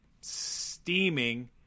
steaming